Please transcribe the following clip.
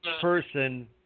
person